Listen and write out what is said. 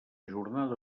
jornada